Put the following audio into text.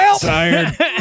tired